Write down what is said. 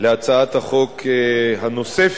הצעת החוק הנוספת,